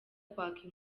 kwaka